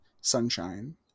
sunshine